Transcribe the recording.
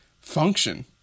function